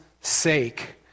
sake